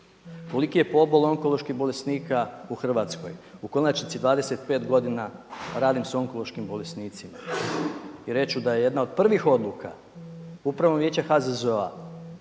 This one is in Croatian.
koliki je pobol onkoloških bolesnika u Hrvatskoj, u konačnici 25 godina radim s onkološkim bolesnicima i reći ću da je jedna od prvih odluka Upravno vijeće HZZO-a,